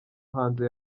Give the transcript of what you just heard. hanze